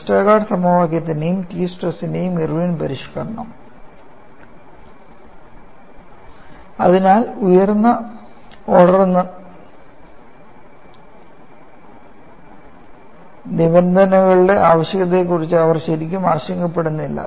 Westergaard സമവാക്യത്തിന്റെയും T സ്ട്രെസിന്റെയും Irwin പരിഷ്ക്കരണം അതിനാൽ ഉയർന്ന ഓർഡർ നിബന്ധനകളുടെ ആവശ്യകതയെക്കുറിച്ച് അവർ ശരിക്കും ആശങ്കപ്പെടുന്നില്ല